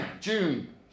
June